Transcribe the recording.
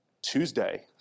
Tuesday